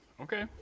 Okay